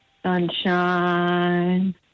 Sunshine